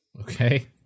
Okay